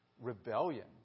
rebellion